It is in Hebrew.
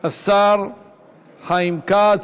השר חיים כץ,